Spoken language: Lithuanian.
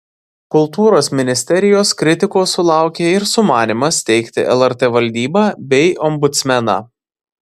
kultūros ministerijos kritikos sulaukė ir sumanymas steigti lrt valdybą bei ombudsmeną